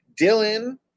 Dylan